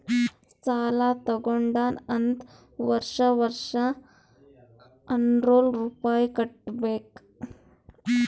ಸಾಲಾ ತಗೊಂಡಾನ್ ಅಂತ್ ವರ್ಷಾ ವರ್ಷಾ ಆರ್ನೂರ್ ರುಪಾಯಿ ಕಟ್ಟಬೇಕ್